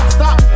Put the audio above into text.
Stop